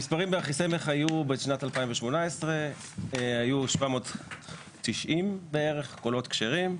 המספרים באחיסמך בשנת 2018 היו: 790 קולות כשרים.